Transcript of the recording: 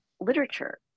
literature